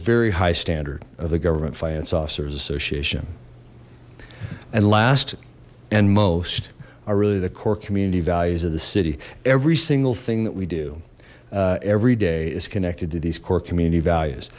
very high standard of the government finance officers association and last and most are really the core community values of the city every single thing that we do every day is connected to these core community values